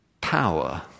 Power